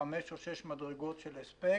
חמש או שש מדרגות של הספק,